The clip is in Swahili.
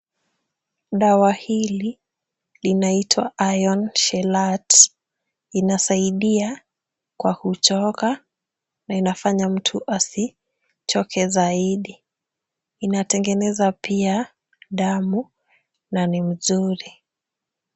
Dawa hili linaitwa Iron Chelate . Inasaidia kwa kuchoka na inafanya mtu asichoke zaidi. Inatengeneza pia damu na ni mzuri.